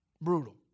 Brutal